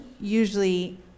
usually